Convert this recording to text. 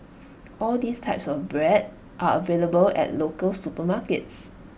all these types of bread are available at local supermarkets